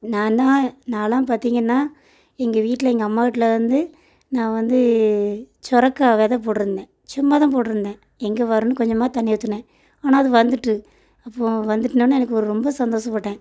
நான் தான் நான்லாம் பார்த்தீங்கன்னா எங்கள் வீட்டில் எங்கள் அம்மா வீட்டில் வந்து நான் வந்து சொரைக்கா வெதை போட்டுருந்தேன் சும்மா தான் போட்டுருந்தேன் எங்கே வரும்னு கொஞ்சமாக தண்ணி ஊற்றுனேன் ஆனால் அது வந்துட்டு அப்போது வந்துட்டுனோன எனக்கு ஒரு ரொம்ப சந்தோஷப்பட்டேன்